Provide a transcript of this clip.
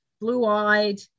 blue-eyed